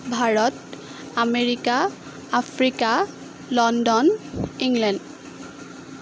Bharat America Africa London England